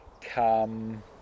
come